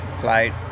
flight